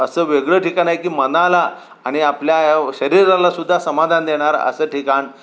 असं वेगळं ठिकान आहे की मनाला आणि आपल्या शरीरालासुद्धा समाधान देणार असं ठिकाण